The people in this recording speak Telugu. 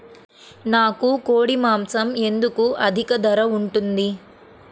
నాకు కోడి మాసం ఎందుకు అధిక ధర ఉంటుంది?